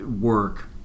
work